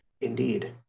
Indeed